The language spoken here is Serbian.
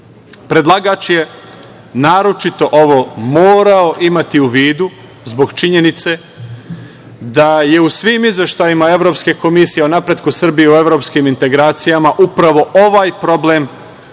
je naročito ovo morao imati u vidu zbog činjenice da je u svim izveštajima Evropske komisije o napretku Srbije u evropskim integracijama upravo ovaj problem